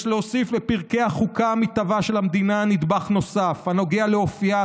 יש "להוסיף לפרקי החוקה המתהווה של המדינה נדבך נוסף הנוגע לאופייה,